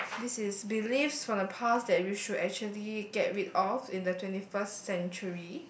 this is beliefs from the past that we should actually get rid off in the twenty first century